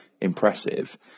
impressive